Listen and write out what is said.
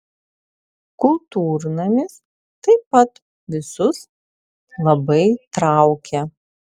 kultūrnamis taip pat visus labai traukė